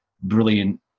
brilliant